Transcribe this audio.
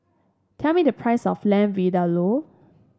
tell me the price of Lamb Vindaloo